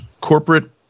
corporate